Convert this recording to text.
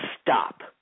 Stop